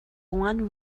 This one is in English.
one